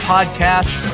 Podcast